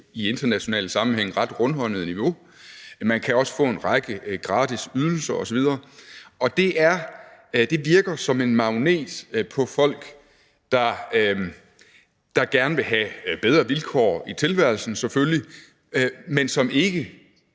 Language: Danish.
i international sammenhæng ret rundhåndet niveau. Man kan også få en række gratis ydelser osv., og det virker som en magnet på folk, der gerne vil have bedre vilkår i tilværelsen, selvfølgelig, men som ikke